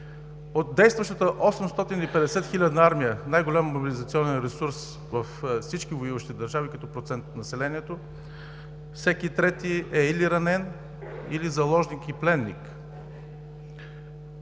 От действащата 850-хилядна армия с най-голям мобилизационен ресурс от всички воюващи държави като процент от населението, всеки трети е или ранен, или заложник и пленник.